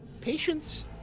Patience